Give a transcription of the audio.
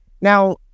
Now